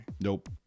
Nope